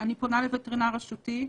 אני פונה לווטרינר רשותי,